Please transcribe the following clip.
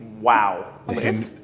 Wow